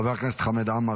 חבר הכנסת חמד עמאר,